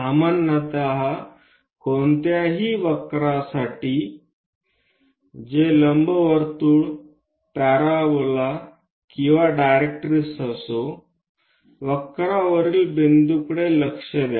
सामान्यत कोणत्याही वक्रांसाठी ते लंबवर्तुळ पॅराबोला किंवा डायरेक्ट्रिक्स असो वक्रवरील बिंदूकडे लक्ष द्या